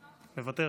מוותר?